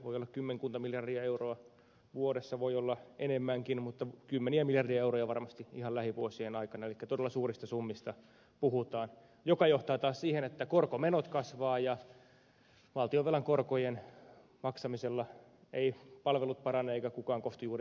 voi olla kymmenkunta miljardia euroa vuodessa voi olla enemmänkin mutta kymmeniä miljardeja euroja varmasti ihan lähivuosien aikana elikkä todella suurista summista puhutaan ja se johtaa taas siihen että korkomenot kasvavat ja valtionvelan korkojen maksamisella eivät palvelut parane eikä kukaan kostu juuri mitään